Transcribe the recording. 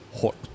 hot